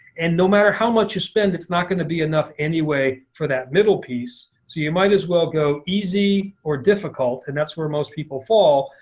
and no matter how much you spend it's not going to be enough anyway for that middle piece. so you might as well go easy or difficult. and that's where most people fall.